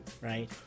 right